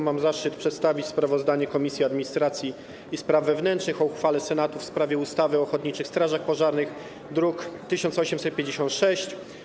Mam zaszczyt przedstawić sprawozdanie Komisji Administracji i Spraw Wewnętrznych o uchwale Senatu w sprawie ustawy o ochotniczych strażach pożarnych, druk nr 1856.